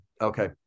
Okay